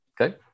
Okay